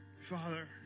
Father